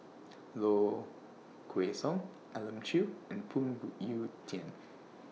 Low Kway Song Elim Chew and Phoon Yew Tien